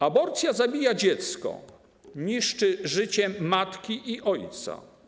Aborcja zabija dziecko, niszczy życie matki i ojca.